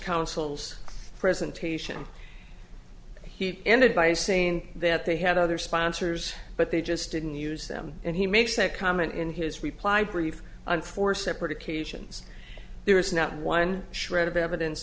counsel's presentation he ended by saying that they had other sponsors but they just didn't use them and he makes a comment in his reply brief on four separate occasions there is not one shred of evidence